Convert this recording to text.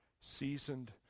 seasoned